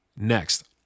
Next